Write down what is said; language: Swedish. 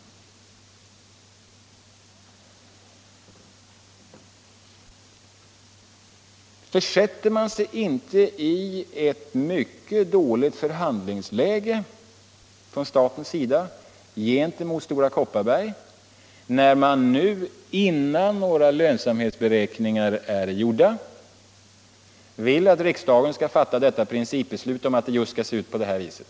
Försätter man sig inte i ett mycket dåligt förhandlingsläge från statens sida gentemot Stora Kopparberg när man nu, innan några lönsamhetsberäkningar är gjorda, vill att riksdagen skall fatta principbeslut om att det skall se ut just på det här viset?